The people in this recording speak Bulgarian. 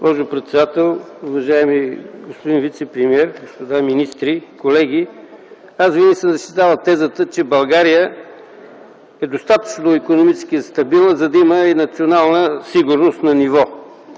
Госпожо председател, уважаеми господин вицепремиер, господа министри, колеги! Винаги съм защитавал тезата, че България е достатъчно икономически стабилна, за да има национална сигурност на ниво